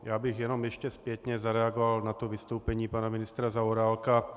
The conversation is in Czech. Já bych jenom ještě zpětně zareagoval na vystoupení pana ministra Zaorálka.